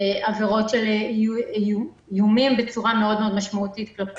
עבירות של איומים בצורה מאוד משמעותית כלפי